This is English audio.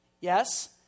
Yes